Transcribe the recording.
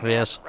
Yes